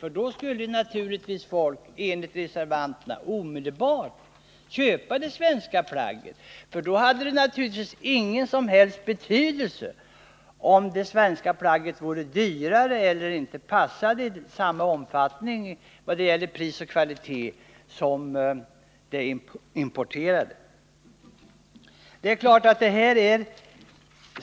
Enligt reservanterna skulle folk då omedelbart köpa de svenska plaggen, och det hade ingen som helst betydelse om de inte passade lika bra i fråga om pris och kvalitet som de importerade.